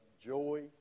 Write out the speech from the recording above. joy